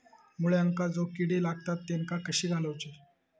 मुळ्यांका जो किडे लागतात तेनका कशे घालवचे?